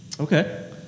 Okay